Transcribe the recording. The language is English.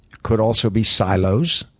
could also be silos,